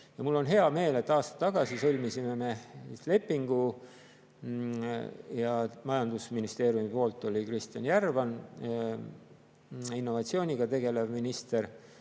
mul on hea meel, et aasta tagasi sõlmisime lepingu – majandusministeeriumi poolt oli Kristjan Järvan, innovatsiooniga tegelev minister